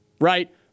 Right